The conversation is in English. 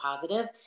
positive